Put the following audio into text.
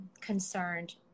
concerned